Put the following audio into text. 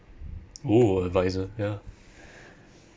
!woo! adviser ya